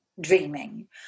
dreaming